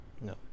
No